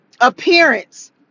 appearance